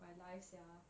my life sia